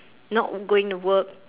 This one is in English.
not going to work